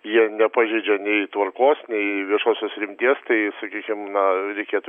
jie nepažeidžia nei tvarkos nei viešosios rimties tai sakykim na reikėtų